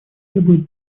требует